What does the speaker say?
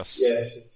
Yes